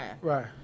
right